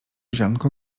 ziarnko